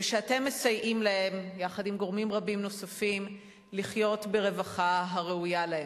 ושאתם מסייעים להם יחד עם גורמים רבים נוספים לחיות ברווחה הראויה להם.